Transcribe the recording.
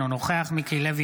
אינו נוכח מיקי לוי,